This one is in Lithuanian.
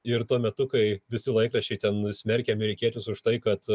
ir tuo metu kai visi laikraščiai ten smerkė amerikiečius už tai kad